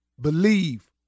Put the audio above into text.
Believe